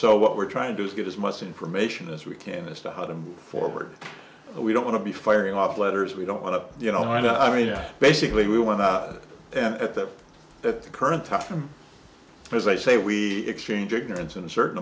so what we're trying to get as much information as we can to stop them forward we don't want to be firing off letters we don't want to you know i mean basically we went out and at that that the current topham as i say we exchange ignorance in a certain